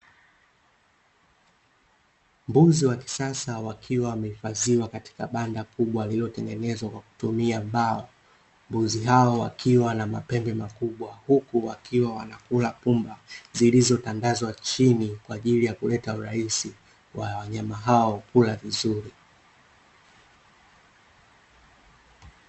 Mbuzi wa kisasa wakiwa wamehifadhiwa katika banda kubwa lililotengenezwa kwa kutumia mbao, mbuzi hao wakiwa na mapembe makubwa, huku wakiwa wanakula mboga zilizotandazwa chini, kwa ajili ya kuleta urahisi wa wanyama hao kula vizuri.